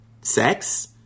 sex